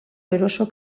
eroso